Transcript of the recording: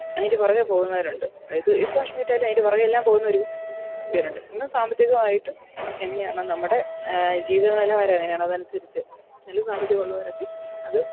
അതിൻ്റെ പുറകേ പോകുന്നവരുണ്ട് ഇത് ഏത് ഫാഷൻ കിട്ടിയാലും അതിൻ്റെ പുറകെയെല്ലാം പോകുന്നൊരു വിചാരമുണ്ട് ഇന്ന് സാമ്പത്തികമായിട്ടും എങ്ങനെയാണ് നമ്മുടെ ജീവിത നിലവാരം എങ്ങനെയാണ് അതനുസരിച്ച് നല്ല സാമ്പത്തികം ഉള്ളവരൊക്കെ അത്